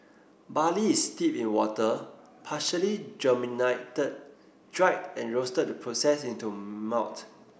barley is steeped in water partially germinated dried and roasted to process it into malt